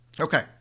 Okay